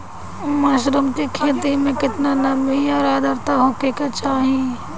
Mushroom की खेती में केतना नमी और आद्रता होखे के चाही?